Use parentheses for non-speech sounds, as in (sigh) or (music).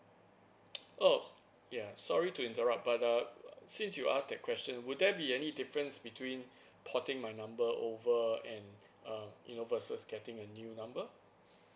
(noise) oh ya sorry to interrupt but uh since you ask that question would there be any difference between porting my number over and uh you know versus getting a new number